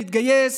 מתגייס,